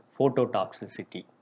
phototoxicity